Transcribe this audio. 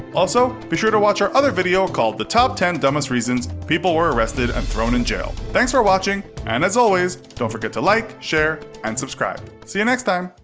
also, be sure to watch our other video called, the top ten dumbest reasons people were arrested and thrown in jail. thanks for watching, and as always, don't forget to like, share and subscribe. see you next time!